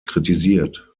kritisiert